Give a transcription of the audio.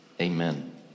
Amen